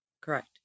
Correct